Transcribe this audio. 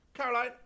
Caroline